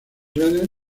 redes